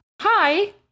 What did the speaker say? hi